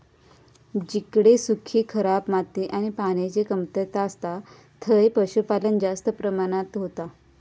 जिकडे सुखी, खराब माती आणि पान्याची कमतरता असता थंय पशुपालन जास्त प्रमाणात होता